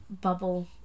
bubble